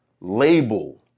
label